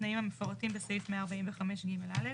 התנאים המפורטים בסעיף 145ג(א).